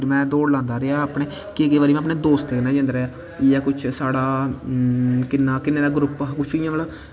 फिर में दौड़ लांदा रेहा अपने केईं बारी में अपने दोस्तें कन्नै जंदा रेहा मतलब साढ़ा किन्ने दा ग्रूप हा किन्ने दा भला